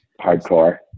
hardcore